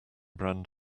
brand